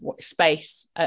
space